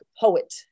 poet